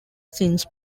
since